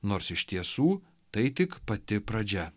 nors iš tiesų tai tik pati pradžia